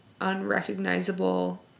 unrecognizable